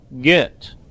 get